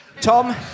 Tom